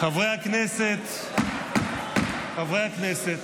חברי הכנסת, חברי הכנסת.